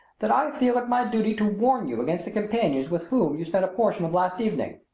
that i feel it my duty to warn you against the companions with whom you spent a portion of last evening.